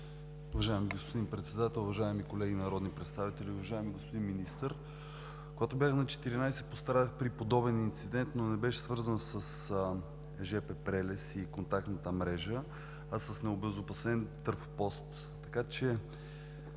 Уважаеми господин Председател, уважаеми колеги народни представители! Уважаеми господин Министър, когато бях на 14 пострадах при подобен инцидент, но не беше свързан с жп прелез и контактната мрежа, а с необезопасен трафопост. Така че